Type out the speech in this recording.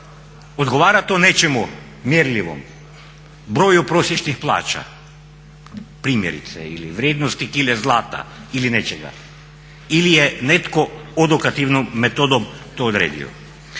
odgovara to nečemu mjerljivom, broju prosječnih plaća primjerice ili vrijednosti kile zlata ili nečega ili je netko odokativnom metodom to odredio.